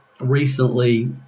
recently